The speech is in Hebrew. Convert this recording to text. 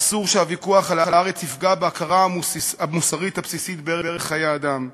ואסור שהוויכוח על הארץ יפגע בהכרה המוסרית הבסיסית בערך חיי אדם.